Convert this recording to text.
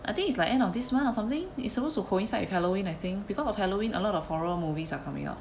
I think it's like end of this month or something it's supposed to coincide with halloween I think because of halloween a lot of horror movies are coming up